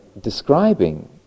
describing